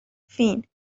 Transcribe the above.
فین